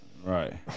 Right